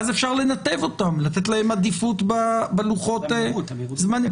תבדקו את ה-א5 כשתבדקו,